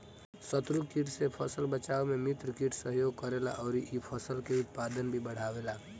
शत्रु कीट से फसल बचावे में मित्र कीट सहयोग करेला अउरी इ फसल के उत्पादन भी बढ़ावेला